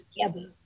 together